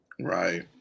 Right